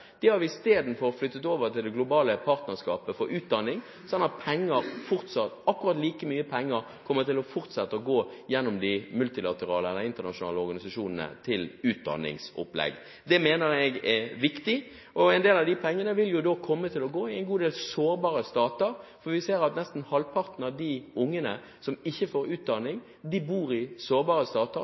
Det globale partnerskapet for utdanning, sånn at akkurat like mye penger kommer til å fortsette å gå gjennom de multilaterale eller internasjonale organisasjonene til utdanningsopplegg. Det mener jeg er viktig, og en del av de pengene vil jo da komme til å gå til en del sårbare stater, for vi ser at nesten halvparten av de ungene som ikke får utdanning, bor i sårbare